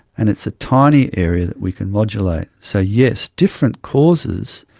and it's a tiny area that we can modulate. so yes, different causes,